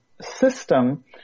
system